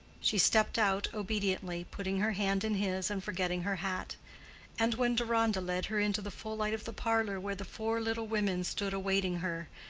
she stepped out obediently, putting her hand in his and forgetting her hat and when deronda led her into the full light of the parlor where the four little women stood awaiting her,